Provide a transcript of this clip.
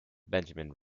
benjamin